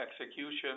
execution